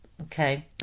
Okay